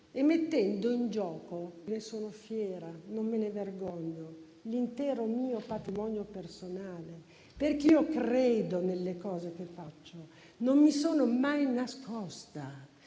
mettendo in gioco - e ne sono fiera, non me ne vergogno - l'intero mio patrimonio personale, perché credo nelle cose che faccio. Non mi sono mai nascosta